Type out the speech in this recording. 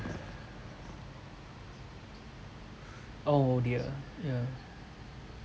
oh dear yeah